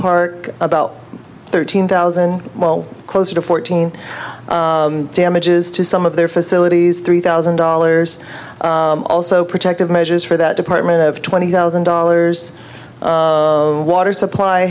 park about thirteen thousand well closer to fourteen damages to some of their facilities three thousand dollars also protective measures for that department of twenty thousand dollars water supply